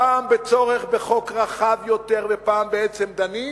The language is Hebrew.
פעם בצורך בחוק רחב יותר ופעם בעצם דנים,